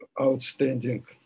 outstanding